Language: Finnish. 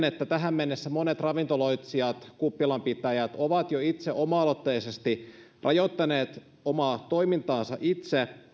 että jo tähän mennessä monet ravintoloitsijat kuppilanpitäjät ovat oma aloitteisesti rajoittaneet omaa toimintaansa itse